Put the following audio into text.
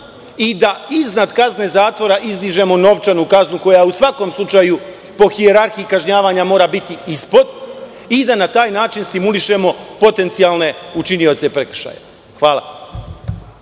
i da iznad kazne zatvora izdižemo novčanu kaznu, koja u svakom slučaju po hijerarhiji kažnjavanja mora biti ispod i da na taj način stimulišemo potencijalne učinioce prekršaja. Hvala.